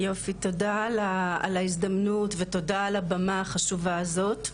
יופי תודה על ההזדמנות ותודה על הבמה החשובה הזאת.